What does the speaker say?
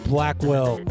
Blackwell